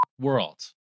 world